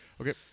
Okay